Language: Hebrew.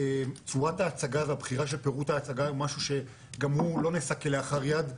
צורת ההצגה והבחירה של פירוט ההצגה הוא משהו שגם הוא לא נעשה כלאחר יד,